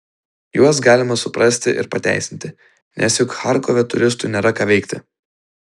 juos galima suprasti ir pateisinti nes juk charkove turistui nėra ką veikti